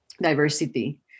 diversity